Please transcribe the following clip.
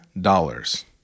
dollars